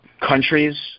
countries